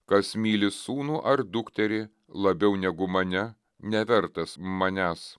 kas myli sūnų ar dukterį labiau negu mane nevertas manęs